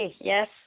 yes